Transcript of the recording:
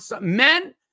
men